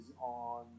on